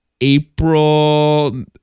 April